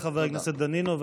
תודה לחבר הכנסת דנינו.